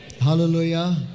Hallelujah